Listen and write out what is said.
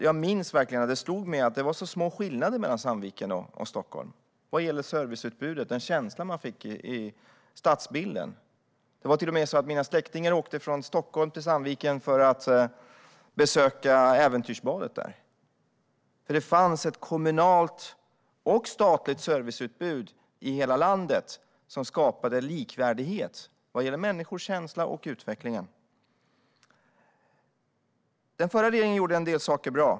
Jag minns verkligen att det slog mig att det var så små skillnader mellan Sandviken och Stockholm vad gäller serviceutbudet och den känsla som man fick av stadsbilden. Det var till och med så att mina släktingar åkte från Stockholm till Sandviken för att besöka äventyrsbadet där. Det fanns ett kommunalt och statligt serviceutbud i hela landet som skapade likvärdighet vad gäller människors känsla och utvecklingen. Den förra regeringen gjorde en del saker bra.